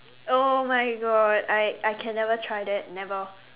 oh my god I I can never try that never